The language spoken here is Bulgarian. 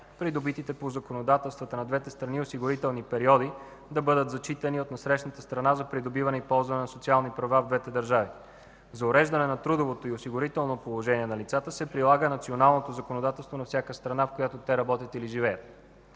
придобитите по законодателствата на двете страни осигурителни периоди да бъдат зачитани от насрещната страна за придобиване и ползване на социални права в двете държави. За уреждане на трудовото и осигурително положение на лицата се прилага националното законодателство на всяка страна, в която те работят или живеят.